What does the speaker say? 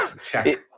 Check